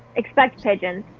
expect pigeons.